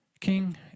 King